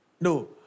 No